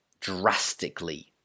drastically